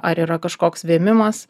ar yra kažkoks vėmimas